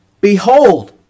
Behold